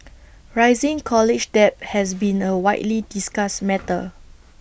rising college debt has been A widely discussed matter